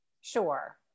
Sure